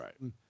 right